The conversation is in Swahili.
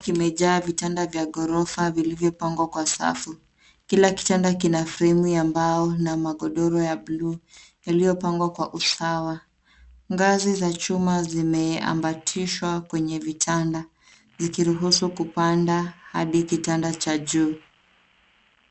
Kimejaa vitanda vya ghorofa vilivyopangwa kwa safu. Kila kitanda kina fremu ya mbao na magodoro ya buluu yaliyopangwa kwa usawa. Ngazi za chuma zimeambatishwa kwenye vitanda zikiruhusu kupanda hadi kitanda cha juu.